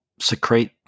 secrete